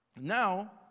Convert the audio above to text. Now